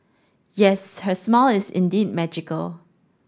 yes her smile is indeed magical